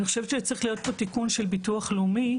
אז אני חושבת שצריך להיעשות פה תיקון של הביטוח הלאומי,